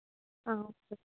okay